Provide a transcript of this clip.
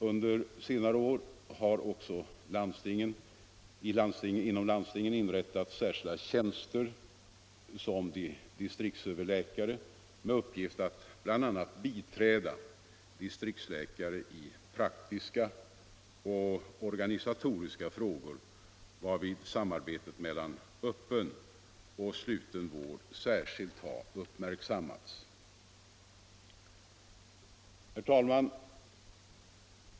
Under senare år har också inom landstingen inrättats särskilda tjänster som distriktsöverläkare med uppgift att bl.a. biträda distriktsläkare i praktiska och organisatoriska frågor, varvid samarbetet mellan öppen och sluten vård särskilt har uppmärksammats. Herr talman!